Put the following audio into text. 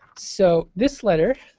so this letter,